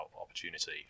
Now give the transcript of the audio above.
Opportunity